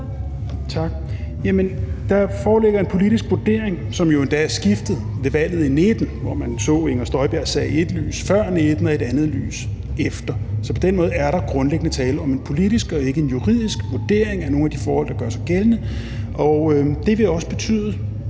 Tak. Jamen der foreligger en politisk vurdering, som jo endda er skiftet ved valget i 2019, hvor man så Inger Støjbergs sag i ét lys før 2019 og i et andet lys efter. Så på den måde er der grundlæggende tale om en politisk og ikke en juridisk vurdering af nogle af de forhold, der gør sig gældende. Og det vil også ganske